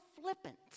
flippant